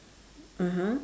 (uh huh)